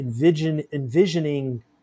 envisioning